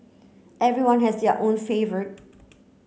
everyone has their own favourite